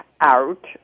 out